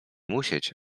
musieć